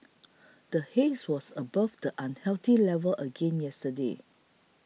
the haze was above the unhealthy level again yesterday